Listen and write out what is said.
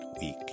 week